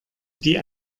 die